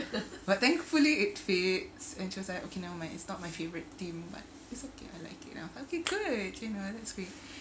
but thankfully it fits and she was like okay nevermind it's not my favourite team but it's okay I like it okay good you know that's great